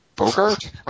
Bogart